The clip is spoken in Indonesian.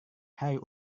hari